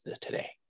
today